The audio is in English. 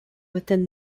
within